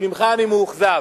כי ממך אני מאוכזב.